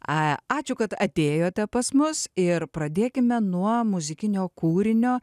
ačiū kad atėjote pas mus ir pradėkime nuo muzikinio kūrinio